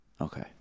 okay